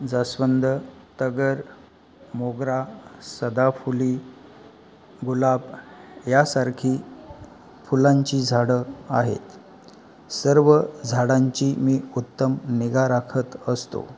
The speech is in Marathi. जास्वंद तगर मोगरा सदाफुली गुलाब यासारखी फुलांची झाडं आहेत सर्व झाडांची मी उत्तम निगा राखत असतो